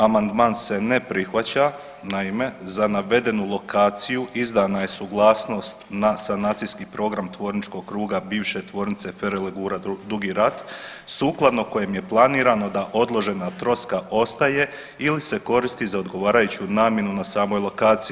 Amandman se ne prihvaća, naime za navedenu lokaciju izdana je suglasnost na sanacijski program tvorničkog kruga bivše tvornice Ferolegura Dugi Rat sukladno kojim je planirano da odložena troska ostaje ili se koristi za odgovarajuću namjenu na samoj lokaciji.